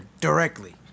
directly